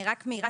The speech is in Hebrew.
אני רק מעירה,